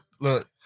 Look